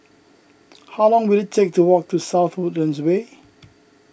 how long will it take to walk to South Woodlands Way